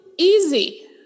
Easy